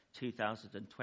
2020